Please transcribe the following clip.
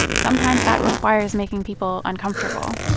sometimes that requires making people uncomfortable